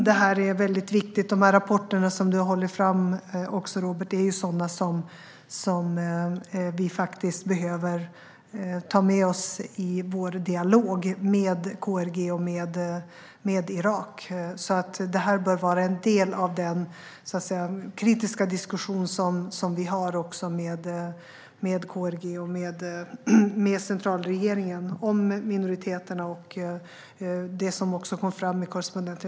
De rapporter som du håller fram, Robert, behöver vi ta med oss i vår dialog med KRG och med Irak. De bör vara en del av den kritiska diskussion som vi har med KRG och med centralregeringen om minoriteterna liksom det som kom fram i Korrespondenterna .